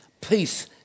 peace